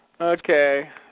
Okay